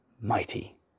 mighty